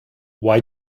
why